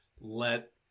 let